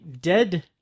dead